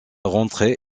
rentrer